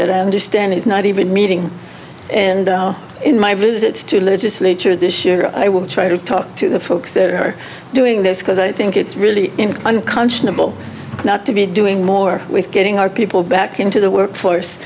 that i understand is not even meeting and in my visits to legislature this year i will try to talk to the folks that are doing this because i think it's really unconscionable not to be doing more with getting our people back into the workforce